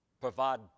provide